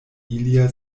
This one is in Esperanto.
ilia